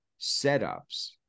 setups